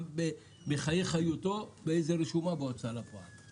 בחיי חיותו באיזו רשומה בהוצאה לפועל,